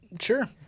Sure